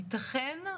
יתכן,